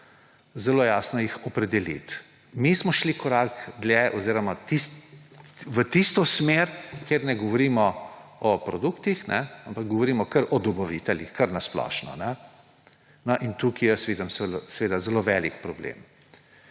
zelo jasno opredeliti. Mi smo šli korak dlje oziroma v tisto smer, kjer ne govorimo o produktih, ampak govorimo kar o dobaviteljih, kar na splošno. Tukaj vidim zelo velik problem;